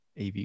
AV